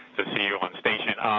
to see you on station.